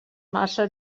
massa